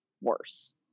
worse